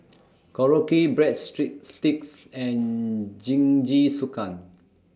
Korokke Bread Street Sticks and Jingisukan